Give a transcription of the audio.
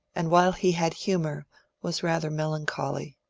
and while he had humour was rather mel ancholy.